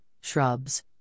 shrubs